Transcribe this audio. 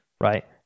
right